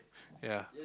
ya